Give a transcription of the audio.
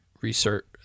research